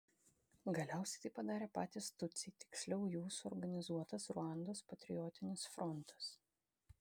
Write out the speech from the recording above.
galiausiai tai padarė patys tutsiai tiksliau jų suorganizuotas ruandos patriotinis frontas